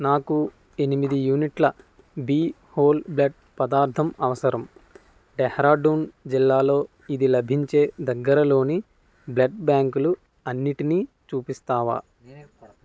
నాకు ఎనిమిది యూనిట్ల బి హోల్ బ్లడ్ పదార్థం అవసరం డెహ్రాడూన్ జిల్లాలో ఇది లభించే దగ్గరలోని బ్లడ్ బ్యాంకులు అన్నిటినీ చూపిస్తావా